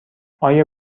آیا